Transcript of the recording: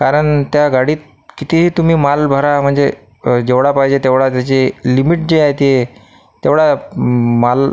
कारण त्या गाडीत कितीही तुम्ही माल भरा म्हणजे जेवढा पाहिजे तेवढा त्याची लिमिट जी आहे ती तेवढा माल